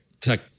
tech